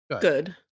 Good